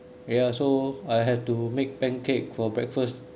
ya so I had to make pancake for breakfast